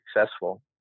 successful